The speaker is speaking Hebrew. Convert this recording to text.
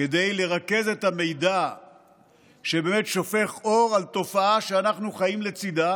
כדי לרכז את המידע ששופך אור על תופעה שאנחנו חיים לצידה